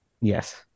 Yes